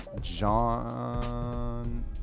John